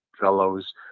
fellows